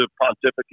pontificate